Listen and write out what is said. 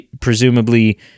presumably